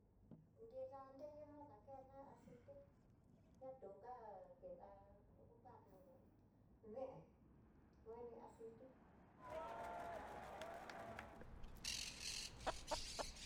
Nrida reyuna dakena aciti ná tuká keda ocupar no deen kuebi aciti.